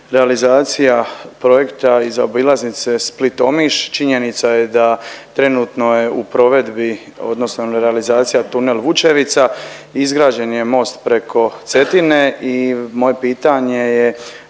realizacija projekta i zaobilaznice Split – Omiš. Činjenica je da trenutno je u provedbi odnosno realizacija tunel Vučevica, izgrađen je most preko Cetine i moje pitanje je